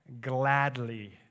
gladly